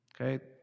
okay